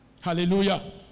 Hallelujah